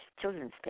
children's